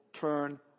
turn